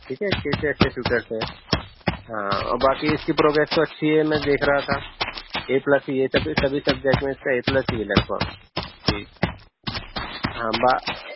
ٹھیک ہے کسی اچھے ٹیچر سے ہاں اور باقی اِس کی پروگریس تو اچھی ہے میں دیکھ رہا تھا اے پلس ہی ہے سب سبھی سبجیکٹ میں اِس کا اے پلس ہی ہے لگ بھگ جی ہاں